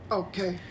okay